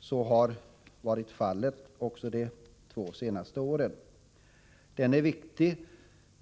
Så har varit fallet under de två senaste åren. Arbetsmarknadspolitiken är viktig